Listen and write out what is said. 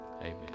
amen